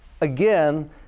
again